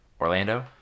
Orlando